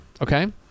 okay